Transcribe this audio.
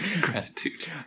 gratitude